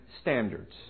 standards